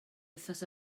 wythnos